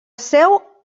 seu